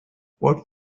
what